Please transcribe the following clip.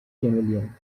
chameleon